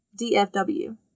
DFW